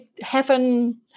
heaven